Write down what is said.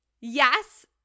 Yes